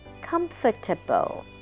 Comfortable